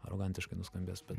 arogantiškai nuskambės bet